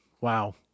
Wow